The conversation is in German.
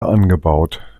angebaut